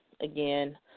again